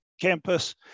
campus